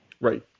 Right